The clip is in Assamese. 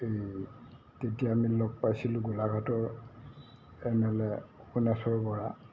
এই তেতিয়া আমি লগ পাইছিলোঁ গোলাঘাটৰ M L A Upeneshwar Bora